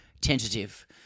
tentative